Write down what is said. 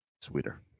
Sweeter